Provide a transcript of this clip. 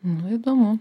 nu įdomu